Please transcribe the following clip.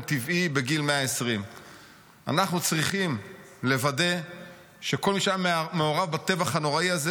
טבעי בגיל 120. אנחנו צריכים לוודא שכל מי שהיה מעורב בטבח הנוראי הזה